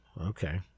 okay